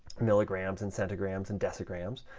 milligrams and centigrams and decigrams